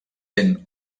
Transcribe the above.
sent